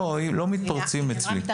אצלי לא מתפרצים.